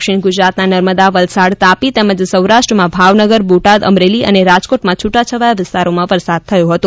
દક્ષિણ ગુજરાતના નર્મદા વલસાડ તાપી તેમજ સૌરાષ્ટ્રમાં ભાવનગર બોટાદ અમરેલી અને રાજકોટમાં છૂટાછવાયા વિસ્તારોમાં વરસાદ થયો હતો